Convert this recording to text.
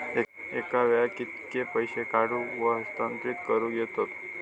एका वेळाक कित्के पैसे काढूक व हस्तांतरित करूक येतत?